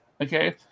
Okay